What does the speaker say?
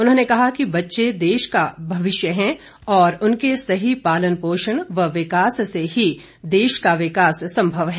उन्होंने कहा कि बच्चे देश का भविष्य है और उनके सही पालन पोषण व विकास से ही देश का विकास संभव है